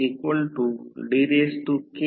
5 Ω दिले गेले आहेत